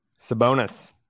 Sabonis